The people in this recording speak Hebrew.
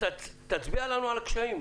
תצביע לנו על הקשיים.